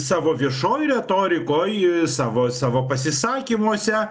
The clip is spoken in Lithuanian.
savo viešoj retorikoj savo savo pasisakymuose